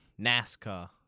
NASCAR